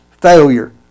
failure